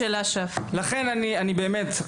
לכן אנחנו נבדוק את זה,